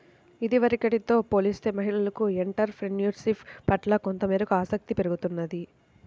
ఇదివరకటితో పోలిస్తే మహిళలకు ఎంటర్ ప్రెన్యూర్షిప్ పట్ల కొంతమేరకు ఆసక్తి పెరుగుతున్నది